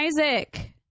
Isaac